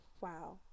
wow